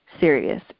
serious